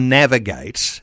navigate